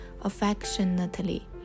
affectionately